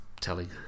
telling